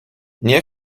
nie